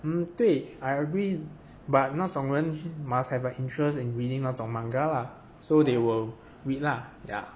mm 对 I agree but 那种人 must have an interest in reading 那种 manga lah so they will read lah ya